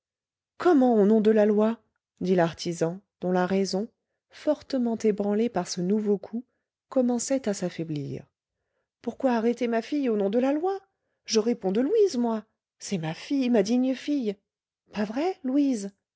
comment au nom de la loi dit l'artisan dont la raison fortement ébranlée par ce nouveau coup commençait à s'affaiblir pourquoi arrêter ma fille au nom de la loi je réponds de louise moi c'est ma fille ma digne fille pas vrai louise